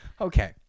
Okay